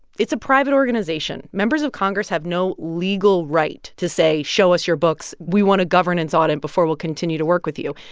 it's a private organization. members of congress have no legal right to say, show us your books we want a governance audit before we'll continue to work with you.